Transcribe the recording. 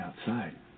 outside